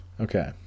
Okay